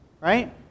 right